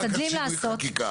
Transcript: זה לא רק השינוי חקיקה.